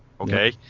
okay